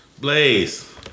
Blaze